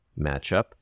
matchup